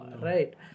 Right